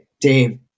Dave